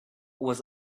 was